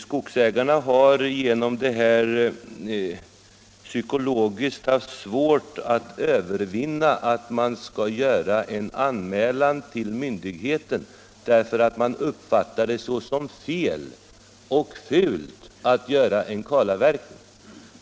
Skogsägarna har psykologiskt haft svårt att finna sig i att man skall göra en anmälan till myndigheten, eftersom man uppfattar det som felaktigt och fult att göra en kalavverkning.